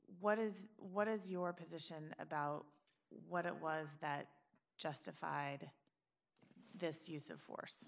what is what is your position about what it was that justified this use of force